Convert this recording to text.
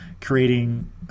creating